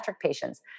patients